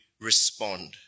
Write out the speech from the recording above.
respond